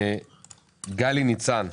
גלי ניצן,